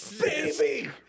baby